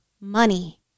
money